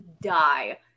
die